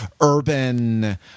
urban